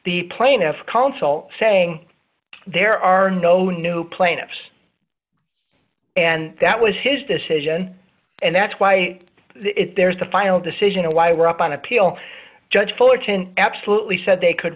the plaintiff's counsel saying there are no new plaintiffs and that was his decision and that's why there's the final decision of why we're up on appeal judge fullerton absolutely said they could